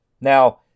Now